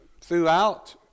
throughout